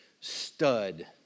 stud